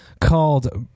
called